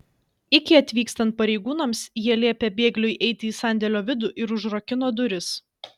iki atvykstant pareigūnams jie liepė bėgliui eiti į sandėlio vidų ir užrakino duris